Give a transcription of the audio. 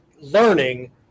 learning